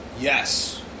Yes